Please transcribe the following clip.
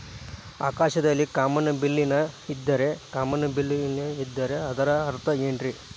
ಆಕಾಶದಲ್ಲಿ ಕಾಮನಬಿಲ್ಲಿನ ಇದ್ದರೆ ಅದರ ಅರ್ಥ ಏನ್ ರಿ?